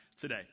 today